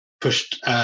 pushed